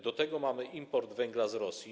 Do tego mamy import węgla z Rosji.